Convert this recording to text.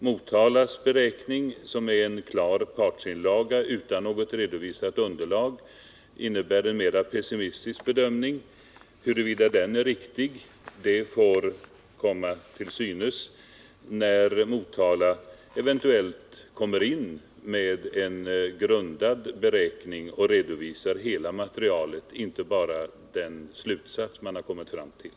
Motalas beräkning, som är en klar partsinlaga utan något redovisat underlag, innebär en mera pessimistisk bedömning. Huruvida den är riktig får komma till synes när Motala eventuellt kommer in med en grundad beräkning och redovisar hela materialet, inte bara den slutsats man kommit fram till.